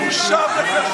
קריאה שלישית, נא לצאת.